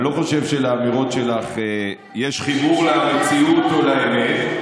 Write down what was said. אני לא חושב שלאמירות שלך יש חיבור למציאות או לאמת.